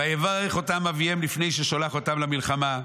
ויברך אותם אביהם" לפני ששולח אותם למלחמה,